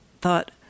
thought